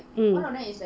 mm